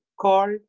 called